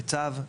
בצו,